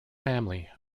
family